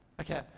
okay